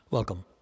Welcome